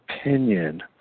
opinion